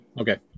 Okay